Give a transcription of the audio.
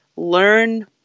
learn